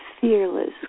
fearless